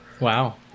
Wow